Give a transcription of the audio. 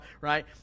right